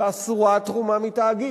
ואסורה תרומה מתאגיד.